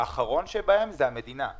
שהאחרון שבהם זה המדינה.